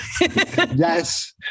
Yes